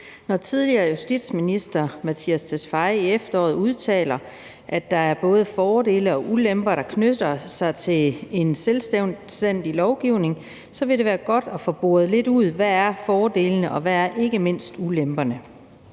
Når tidligere justitsminister Mattias Tesfaye i efteråret udtaler, at der er både fordele og ulemper, der knytter sig til en selvstændig lovgivning, så vil det være godt at få boret lidt ud, hvad fordelene er, og hvad ikke mindst ulemperne